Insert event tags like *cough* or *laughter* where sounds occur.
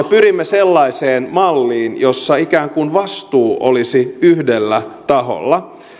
*unintelligible* pyrimme sellaiseen malliin jossa ikään kuin vastuu olisi yhdellä taholla